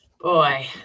Boy